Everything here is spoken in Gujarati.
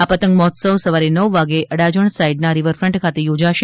આ પતંગ મહોત્સવ સવારે નવ વાગ્યા અડાજણ સાઇડનાં રિવરફંટ ખાતે થોજાશે